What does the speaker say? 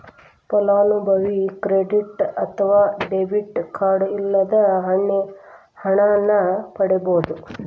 ಫಲಾನುಭವಿ ಕ್ರೆಡಿಟ್ ಅತ್ವ debit card ಇಲ್ಲದ ಹಣನ ಪಡಿಬೋದ್